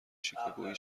شیکاگویی